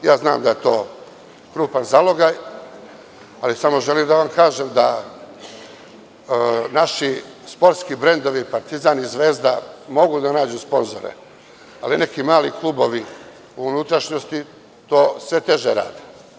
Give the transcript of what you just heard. Znam da je to krupan zalogaj, ali samo želim da vam kažem da naši sportski brendovi Partizan i Zvezda mogu da nađu sponzore, ali neki mali klubovi u unutrašnjosti to sve teže rade.